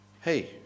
Hey